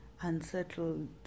unsettled